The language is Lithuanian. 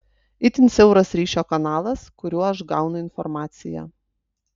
itin siauras ryšio kanalas kuriuo aš gaunu informaciją